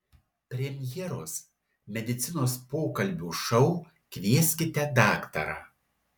premjeros medicinos pokalbių šou kvieskite daktarą